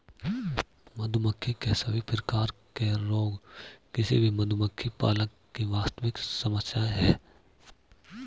मधुमक्खी के सभी प्रकार के रोग किसी भी मधुमक्खी पालक की वास्तविक समस्या है